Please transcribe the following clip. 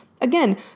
Again